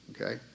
Okay